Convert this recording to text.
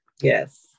Yes